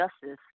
justice